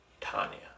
Tanya